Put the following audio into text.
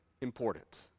important